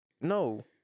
No